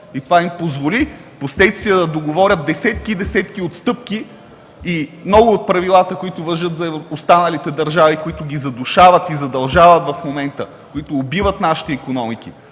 и това им позволи впоследствие да договорят десетки и десетки отстъпки, и много от правилата, които важат за останалите държави, които ги задушават и задължават в момента, които убиват нашите икономики,